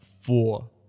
Four